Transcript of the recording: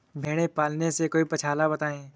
भेड़े पालने से कोई पक्षाला बताएं?